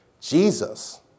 Jesus